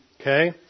Okay